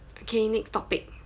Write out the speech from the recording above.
okay next topic